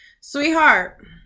Sweetheart